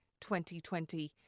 2020